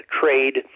trade